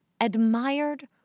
admired